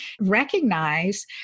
recognize